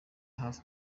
hafi